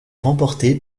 remporté